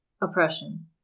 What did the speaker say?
oppression